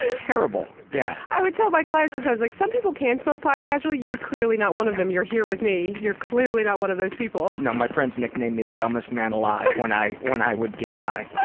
ah terrible. yeah. i would tell my clients sometimes, like, some people can smoke pot casually, you're clearly not one of them. you're here with me, you're clearly not one of those people. no, my friends nicknamed me the dumbest man alive when i when i would get high.